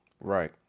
Right